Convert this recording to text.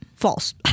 False